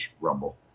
Rumble